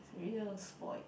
real spoilt